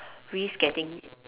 risk getting